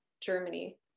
Germany